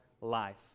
life